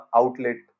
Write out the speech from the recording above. outlet